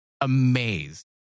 amazed